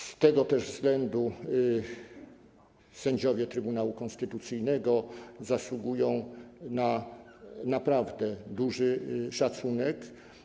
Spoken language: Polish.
Z tego też względu sędziowie Trybunału Konstytucyjnego zasługują na naprawdę duży szacunek.